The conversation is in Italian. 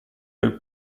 del